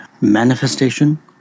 manifestation